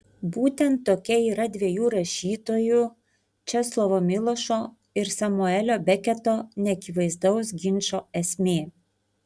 būtent tokia yra dviejų rašytojų česlovo milošo ir samuelio beketo neakivaizdaus ginčo esmė